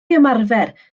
ymarfer